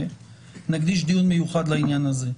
ונקדיש דיון מיוחד לעניין הזה.